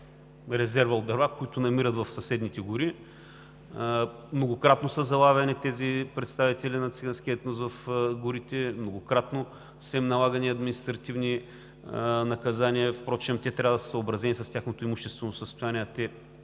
резерва от дърва, които намират в съседните гори. Многократно са залавяни тези представители на циганския етнос в горите, многократно са им налагани наказания, впрочем те трябва да са съобразени с тяхното имуществено състояние,